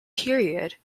period